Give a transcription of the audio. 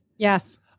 Yes